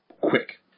quick